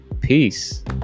peace